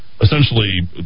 essentially